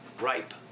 Ripe